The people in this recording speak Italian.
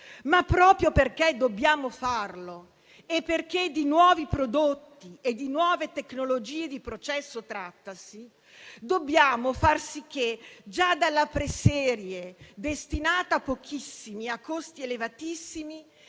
ma, proprio perché dobbiamo farlo e perché di nuovi prodotti e di nuove tecnologie di processo trattasi, dobbiamo far sì che già dalla preserie, destinata a pochissimi e a costi elevatissimi,